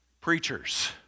preachers